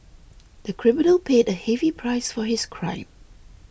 the criminal paid a heavy price for his crime